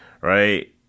Right